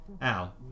Al